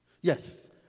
Yes